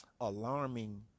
alarming